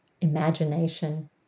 imagination